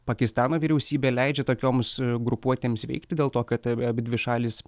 pakistano vyriausybė leidžia tokioms grupuotėms veikti dėl to kad abidvi šalys